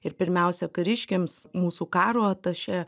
ir pirmiausia kariškiams mūsų karo atašė